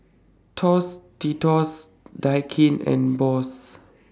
Tostitos Daikin and Bose